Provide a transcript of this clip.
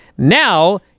Now